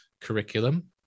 curriculum